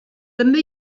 també